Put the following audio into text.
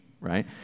right